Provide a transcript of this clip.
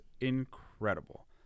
incredible